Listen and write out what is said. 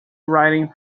writing